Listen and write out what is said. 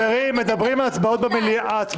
חברים, מדובר על הצבעות במליאה.